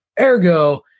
Ergo